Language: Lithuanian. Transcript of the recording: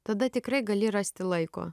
tada tikrai gali rasti laiko